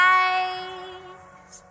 eyes